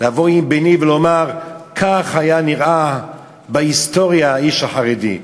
לבוא עם בני ולומר: כך היה נראה בהיסטוריה האיש החרדי.